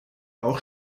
auch